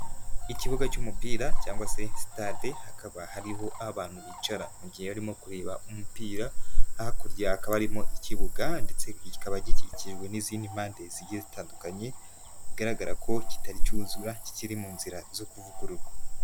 Ikibuga cy'umupira cyangwa se sitade hakaba hariho aho abantu bicara mu gihe barimo kureba umupira, hakurya hakaba harimo ikibuga ndetse kikaba gikikijwe n'izindi mpande zigiye zitandukanye, bigaragara ko kitari cyuzura kikiri mu nzira zo kuvugururwa.